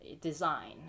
design